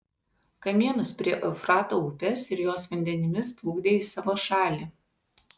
kamienus prie eufrato upės ir jos vandenimis plukdė į savo šalį